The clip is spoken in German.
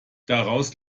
daraus